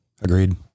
agreed